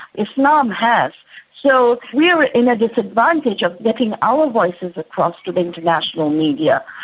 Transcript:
islam has. so we are in a disadvantage of getting our voices across to the international media,